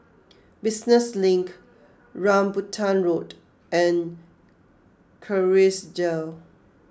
Business Link Rambutan Road and Kerrisdale